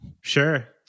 Sure